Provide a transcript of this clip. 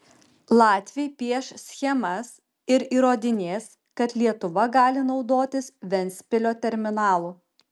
latviai pieš schemas ir įrodinės kad lietuva gali naudotis ventspilio terminalu